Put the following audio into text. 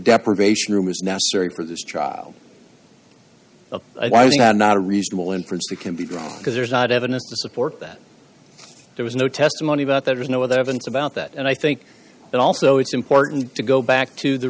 deprivation room is necessary for this child not a reasonable inference that can be drawn because there's not evidence to support that there was no testimony about there was no other evidence about that and i think that also it's important to go back to the